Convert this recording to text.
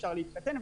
אפשר להתחתן,